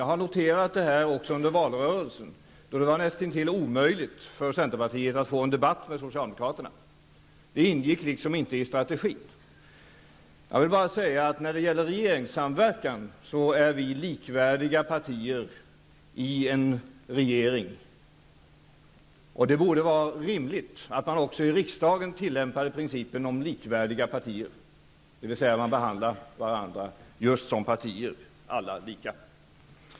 Jag har noterat det här också under valrörelsen, då det var näst intill omöjligt för centerpartiet att få en debatt med socialdemokraterna. Det ingick liksom inte i strategin. Jag vill bara säga att när det gäller regeringssamverkan är vi likvärdiga partier i en regering. Och det borde vara rimligt att man också i riksdagen tillämpade principen om likvärdiga partier, dvs. att man behandlar varandra just som partier, alla lika.